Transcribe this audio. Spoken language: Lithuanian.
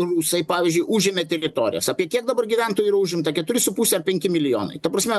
rusai pavyzdžiui užėmė teritorijos apie kiek dabar gyventojų yra užimta keturi su puse ar penki milijonai ta prasme